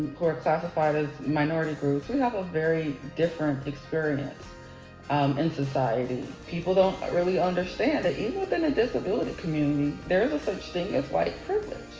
who are classified as minority groups and have a very different experience um in society. people don't really understand that even in the and disability community there is such thing as white privilege.